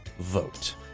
vote